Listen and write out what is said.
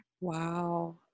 Wow